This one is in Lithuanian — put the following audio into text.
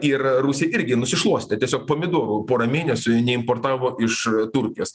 ir rusija irgi nusišluostė tiesiog pomidorų pora mėnesių neimportavo iš turkijos